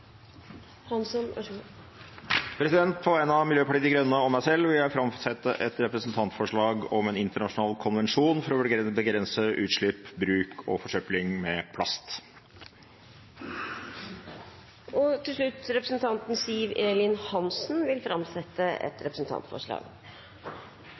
På vegne av meg selv vil jeg framsette et representantforslag om en internasjonal konvensjon for å redusere utslipp, ressursbruk, forsøpling og miljøskade fra plast. Representanten Siv Elin Hansen vil framsette et